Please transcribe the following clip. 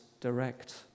direct